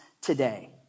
today